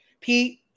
Pete